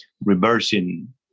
reversing